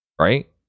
right